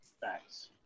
Thanks